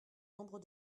nombre